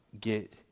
get